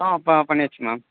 ஆ ப பண்ணியாச்சு மேம்